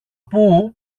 πού